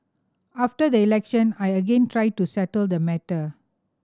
after the election I again tried to settle the matter